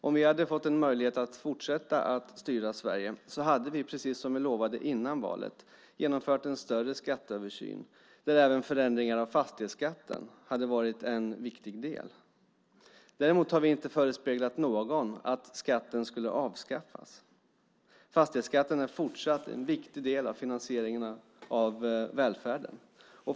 Om vi hade fått en möjlighet att fortsätta styra Sverige hade vi, precis som vi lovade före valet, genomfört en större skatteöversyn där även förändringar av fastighetsskatten hade varit en viktig del. Däremot har vi inte förespeglat någon att skatten skulle avskaffas. Fastighetsskatten är fortsatt en viktig del av finansieringen av välfärden.